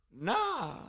Nah